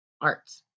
arts